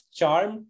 charm